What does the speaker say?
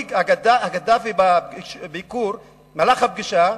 המנהיג קדאפי בביקור, במהלך הפגישה,